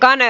cane